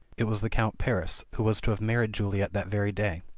it was the count paris, who was to have married juliet that very day.